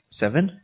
seven